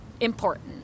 important